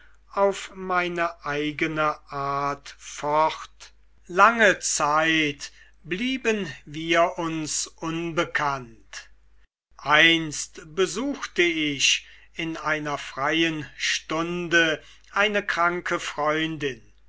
auf meine eigene art fort lange zeit blieben wir uns unbekannt einst besuchte ich in einer freien stunde eine kranke freundin